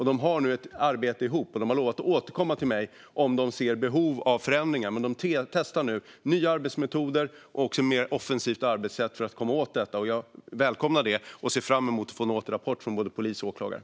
De har nu ett arbete ihop, och de har lovat att återkomma till mig om de ser behov av förändringar. De testar nu nya arbetsmetoder och ett mer offensivt arbetssätt för att komma åt detta. Jag välkomnar det och ser fram emot att få en återrapport från både polis och åklagare.